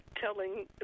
telling